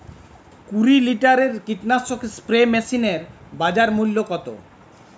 কুরি লিটারের কীটনাশক স্প্রে মেশিনের বাজার মূল্য কতো?